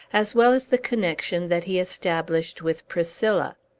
as well as the connection that he established with priscilla.